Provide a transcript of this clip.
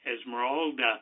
Esmeralda